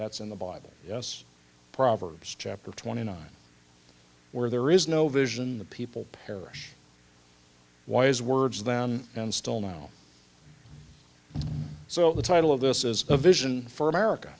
that's in the bible yes proverbs chapter twenty nine where there is no vision the people perish wise words then and still now so the title of this is a vision for